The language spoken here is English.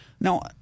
now